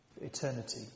eternity